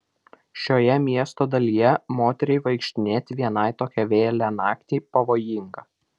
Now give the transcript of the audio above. šioje miesto dalyje moteriai vaikštinėti vienai tokią vėlią naktį pavojinga